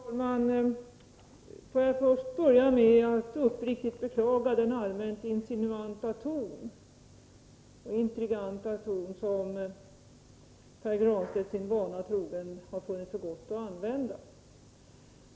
Herr talman! Får jag börja med att uppriktigt beklaga den allmänt insinuanta och intriganta ton som Pär Granstedt, sin vana trogen, har funnit för gott att använda.